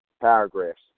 paragraphs